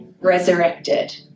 resurrected